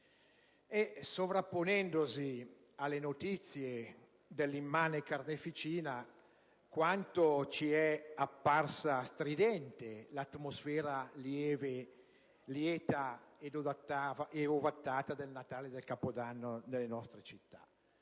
E, sovrapponendosi alle notizie dell'immane carneficina, quanto ci è apparsa stridente l'atmosfera lieta e ovattata del Natale e del Capodanno nelle nostre città!